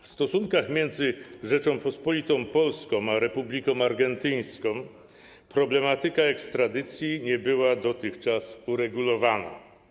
W stosunkach między Rzecząpospolitą Polską a Republiką Argentyńską problematyka ekstradycji nie była dotychczas uregulowana.